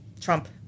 Trump